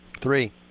Three